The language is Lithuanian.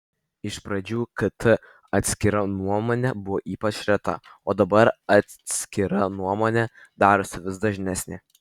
iš pradžių kt atskira nuomonė buvo ypač reta o dabar atskira nuomonė darosi vis dažnesnė